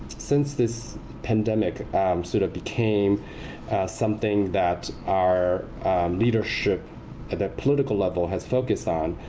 since this pandemic sort of became something that our leadership at a political level has focused on,